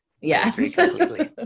Yes